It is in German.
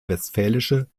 westfälische